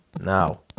Now